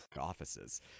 Offices